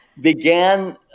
began